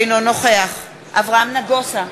אינו נוכח אברהם נגוסה,